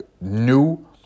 new